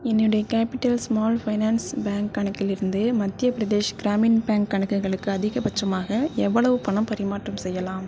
என்னுடைய capital small finance bank கணக்கிலிருந்து Madhya Pradesh Gramin bank கணக்குகளுக்கு அதிகபட்சமாக எவ்வளவு பணப் பரிமாற்றம் செய்யலாம்